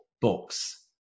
books